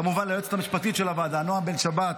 כמובן ליועצת המשפטית של הוועדה, נעה בן שבת,